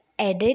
edit